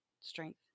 strength